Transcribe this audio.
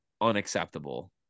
unacceptable